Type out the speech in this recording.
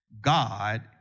God